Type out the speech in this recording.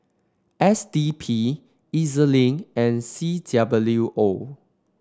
S D P E Z Link and C W O